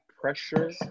pressure